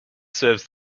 serves